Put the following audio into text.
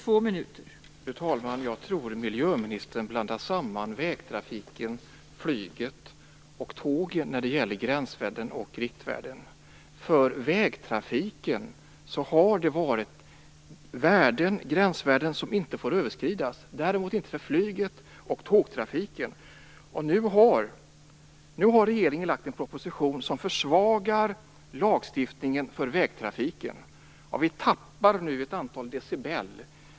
Fru talman! Jag tror att miljöministern blandar samman vägtrafiken, flyget och tågen när det gäller gränsvärden och riktvärden. För vägtrafiken har det varit gränsvärden som inte får överskridas, däremot inte för flyget och tågtrafiken. Nu har regeringen lagt fram en proposition som försvagar lagstiftningen för vägtrafiken. Vi tappar nu ett antal decibel.